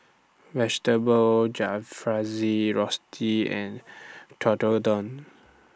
Vegetable Jalfrezi Risotte and Tekkadon